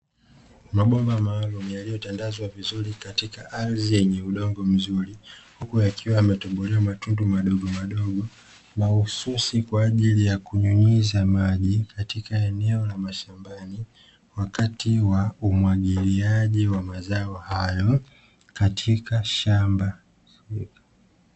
Mabomba maalumu yaliyotandazwa vizuri katika ardhi yenye udongo mzuri. Huku yakiwa yametobolewa matundu madogomadogo mahususi kwa ajili ya kunyunyiza maji, katika eneo la mashambani, wakati wa umwagiliaji wa mazao hayo katika shamba.